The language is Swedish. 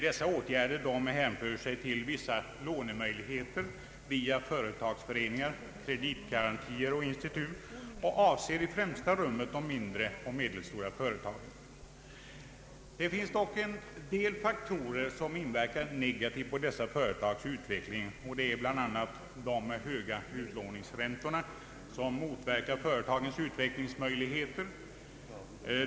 Dessa åtgärder hänför sig till vissa lånemöjligheter via företagareföreningar, kreditgarantier och kreditinstitut, avsedda i främsta rummet för de mindre och medelstora företagen. Det finns dock en del faktorer som inverkar negativt på dessa företags utveckling. De höga utlåningsräntorna som gällt under senare år motverkar företagens utvecklingsmöjligheter.